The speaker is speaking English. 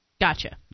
Gotcha